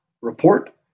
report